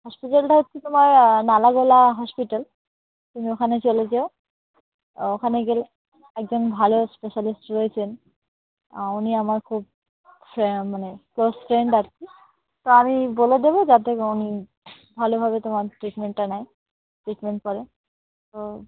হসপিটালটা হচ্ছে তোমার নালাগোলা হসপিটাল তুমি ওখানে চলে যেও ওখানে গেলে একজন ভালো স্পেশালিষ্ট রয়েছেন উনি আমার খুব ফে মানে বেস্ট ফ্রেণ্ড আর কি তা আমি বলে দেবো যাতে উনি ভালোভাবে তোমার ট্রিটমেন্টটা নেয় ট্রিটমেন্ট করে তো